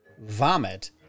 Vomit